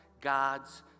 God's